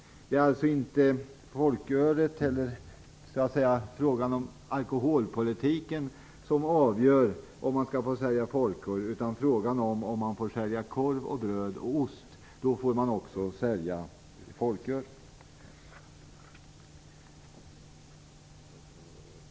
Det är alltså inte alkoholpolitiken som avgör om man skall få sälja alkohol. Om man får sälja korv, bröd och ost får man också sälja folköl.